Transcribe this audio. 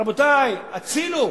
רבותי, הצילו.